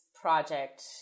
project